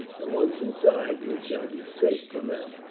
and once inside we shall be safe from them.